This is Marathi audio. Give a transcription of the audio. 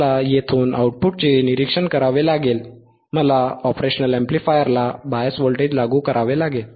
मला येथून आउटपुटचे निरीक्षण करावे लागेल मला ऑपरेशन अॅम्प्लीफायरवर बायस व्होल्टेज लागू करावे लागेल